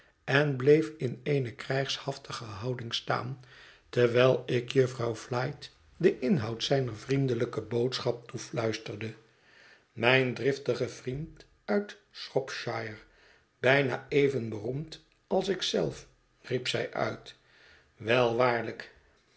en bleef in eene krijgshaftige houding staan terwijl ik jufvrouw flite den inhoud zijner vriendelijke boodschap toefluisterde mijn driftige vriend uit shropshire bijna even beroemd als ik zelf riep zij uit wel waarlijk